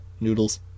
noodles